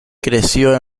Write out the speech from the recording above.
creció